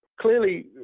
clearly